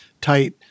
tight